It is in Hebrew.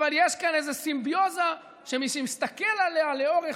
יש כאן איזה סימביוזה שמי שמסתכל עליה לאורך